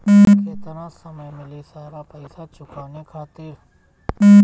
केतना समय मिली सारा पेईसा चुकाने खातिर?